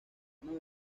mano